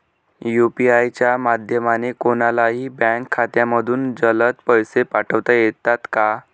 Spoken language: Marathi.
यू.पी.आय च्या माध्यमाने कोणलाही बँक खात्यामधून जलद पैसे पाठवता येतात का?